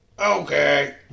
Okay